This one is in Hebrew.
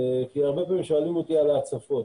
כי הרבה פעמים שאלו אותי על ההצפות.